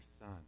son